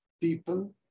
people